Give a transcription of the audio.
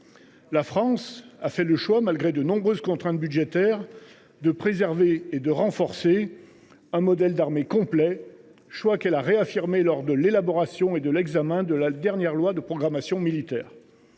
La France a fait le choix, malgré de nombreuses contraintes budgétaires, de préserver et de renforcer un modèle d’armées complet, choix qu’elle a réaffirmé lors de l’élaboration et de l’examen de la dernière loi de programmation militaire.